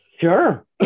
Sure